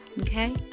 okay